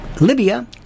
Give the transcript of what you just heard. Libya